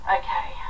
okay